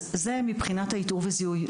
זה מבחינת האיתור וזיהוי.